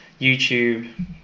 YouTube